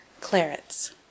Clarets